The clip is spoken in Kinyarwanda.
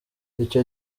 icyo